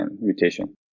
mutation